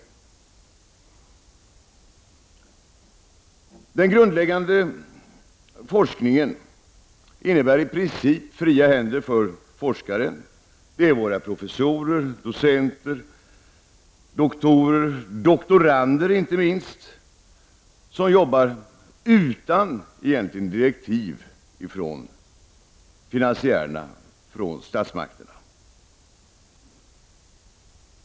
Inom den grundläggande forskningen får i princip forskare fria händer. Det är våra professorer, docenter, doktorer och inte minst doktorander som arbetar utan egentliga direktiv från finansiärerna, dvs. statsmakterna.